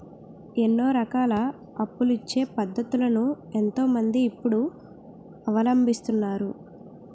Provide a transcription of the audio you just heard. ఎన్నో రకాల అప్పులిచ్చే పద్ధతులను ఎంతో మంది ఇప్పుడు అవలంబిస్తున్నారు